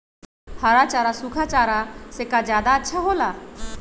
हरा चारा सूखा चारा से का ज्यादा अच्छा हो ला?